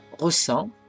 ressent